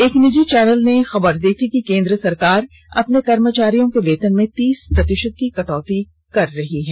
एक निजी चैनल ने खबर दी थी कि केंद्र सरकार अपने कर्मचारियों के वेतन में तीस प्रतिशत की कटौती कर रही है